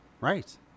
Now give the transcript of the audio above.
Right